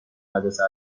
مدرسه